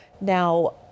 Now